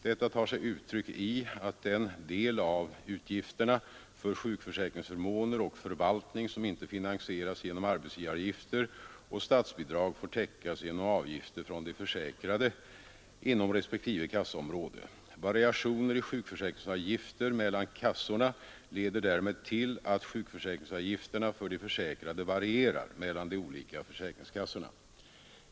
Detta tar sig uttryck i att den del av utgifterna för sjukförsäkringsförmåner och förvaltning som inte finansieras genom arbetsgivaravgifter och statsbidrag får täckas genom avgifter från de försäkrade inom respektive kassaområde. Variationer i sjukförsäkringsutgifter mellan kassorna leder därmed till att sjukförsäkringsavgifterna för de försäkrade varierar mellan de olika försäkringskassorna.